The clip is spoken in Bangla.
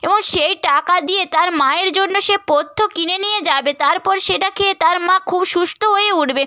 এবং সেই টাকা দিয়ে তার মায়ের জন্য সে পথ্য কিনে নিয়ে যাবে তারপর সেটা খেয়ে তার মা খুব সুস্থ হয়ে উঠবে